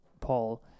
Paul